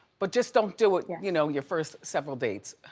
but just don't do it your you know your first several dates.